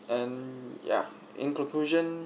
and ya in conclusion